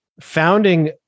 founding